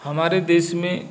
हमारे देश में